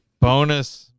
Bonus